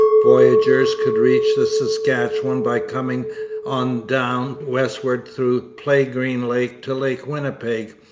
voyageurs could reach the saskatchewan by coming on down westward through playgreen lake to lake winnipeg,